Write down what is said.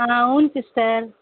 అవును సిస్టర్